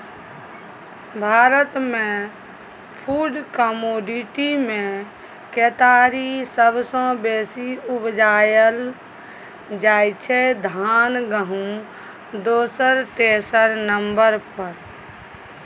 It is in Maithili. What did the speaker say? भारतमे फुड कमोडिटीमे केतारी सबसँ बेसी उपजाएल जाइ छै धान गहुँम दोसर तेसर नंबर पर